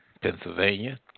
Pennsylvania